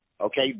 okay